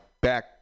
back